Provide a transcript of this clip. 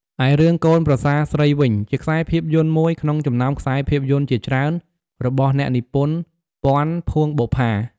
ឯរឿងកូនប្រសាស្រីវិញ ជាខ្សែភាពយន្តមួយ ក្នុងចំណោមខ្សែភាពយន្តជាច្រើន របស់អ្នកនិពន្ធ ពាន់ ភួងបុប្ផា ។